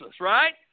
Right